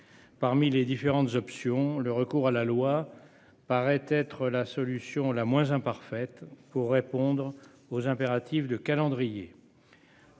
Parmi les différentes options. Le recours à la loi paraît être la solution la moins imparfaite pour répondre aux impératifs de calendrier.